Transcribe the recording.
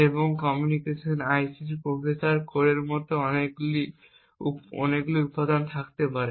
এবং communication IC তে processor কোরের মতো অনেকগুলি উপাদান থাকতে পারে